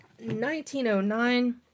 1909